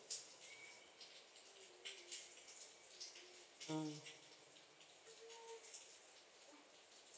mm